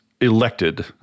elected